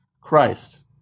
Christ